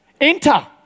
Enter